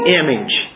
image